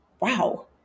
wow